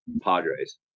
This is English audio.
padres